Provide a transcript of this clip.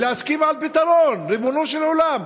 ולהסכים על פתרון, ריבונו של עולם.